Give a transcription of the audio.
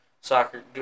soccer